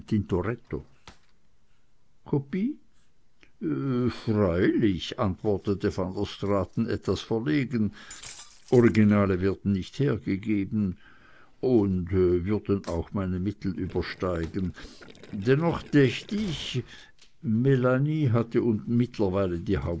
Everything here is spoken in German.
freilich stotterte van der straaten etwas verlegen originale werden nicht hergegeben und würden auch meine mittel übersteigen dennoch dächt ich melanie hatte mittlerweile die